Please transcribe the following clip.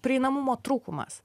prieinamumo trūkumas